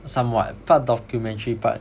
somewhat part documentary part